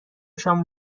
شام